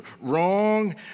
wrong